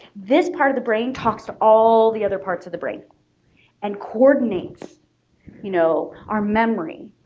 this part of the brain talks to all the other parts of the brain and coordinates you know our memory,